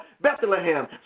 Bethlehem